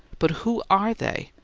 but who are they?